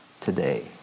today